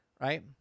right